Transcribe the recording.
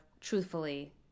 truthfully